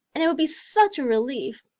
and it would be such a relief.